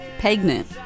pregnant